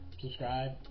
subscribe